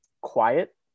quiet